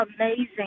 amazing